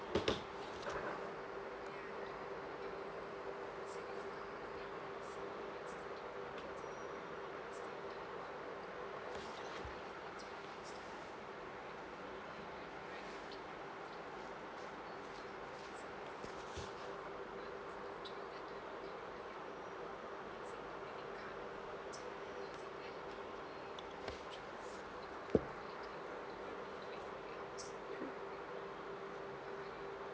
hmm